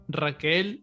Raquel